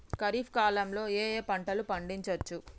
ఖరీఫ్ కాలంలో ఏ ఏ పంటలు పండించచ్చు?